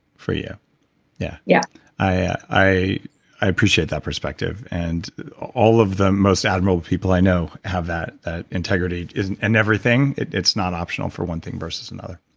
for you yeah yeah i i appreciate that perspective. and all of the most admirable people i know have that that integrity in and everything, it's not optional for one thing versus another